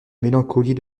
mélancolie